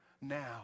now